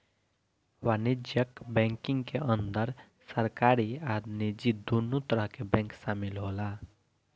वाणिज्यक बैंकिंग के अंदर सरकारी आ निजी दुनो तरह के बैंक शामिल होला